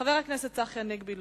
חבר הכנסת צחי הנגבי,